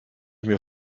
mir